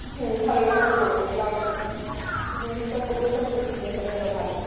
হুম তাহলে ওটাই করবেন কারণ জিনিসপত্রগুলো সব সত্যিই দেখে নেওয়াটা ভালো